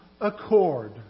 accord